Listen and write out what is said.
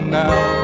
now